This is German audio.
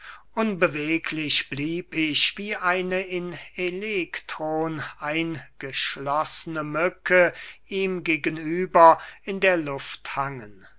unbeweglich blieb ich wie eine in elektron eingeschloßne mücke ihm gegen über in der luft hangen